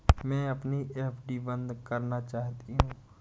मैं अपनी एफ.डी बंद करना चाहती हूँ